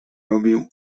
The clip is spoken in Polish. robił